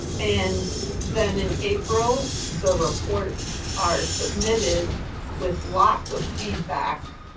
and then in april, the reports are submitted with lots of feedback.